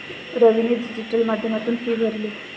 रवीने डिजिटल माध्यमातून फी भरली